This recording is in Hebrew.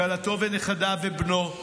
כלתו ונכדיו ובנו,